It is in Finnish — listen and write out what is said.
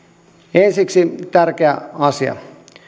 ensiksi tärkeä asia